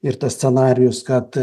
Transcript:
ir tas scenarijus kad